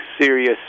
serious